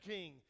King